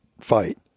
fight